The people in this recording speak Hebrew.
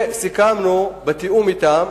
סיכמנו, בתיאום אתם,